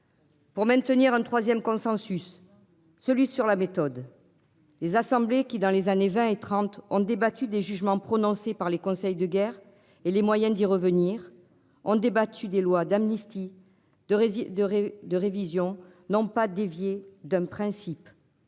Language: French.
Pour maintenir un 3ème consensus celui sur la méthode. Les assemblées qui dans les années 20 et 30 ont débattu des jugements prononcés par les conseils de guerre et les moyens d'y revenir ont débattu des lois d'amnistie de de de révision n'ont pas dévié d'un principe.